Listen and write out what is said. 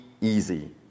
easy